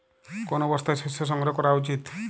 কোন অবস্থায় শস্য সংগ্রহ করা উচিৎ?